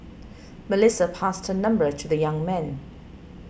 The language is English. Melissa passed her number to the young man